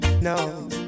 no